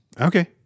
Okay